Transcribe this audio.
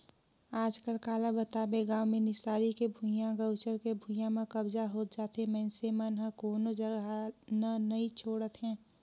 आजकल काला बताबे गाँव मे निस्तारी के भुइयां, गउचर के भुइयां में कब्जा होत जाथे मइनसे मन ह कोनो जघा न नइ छोड़त हे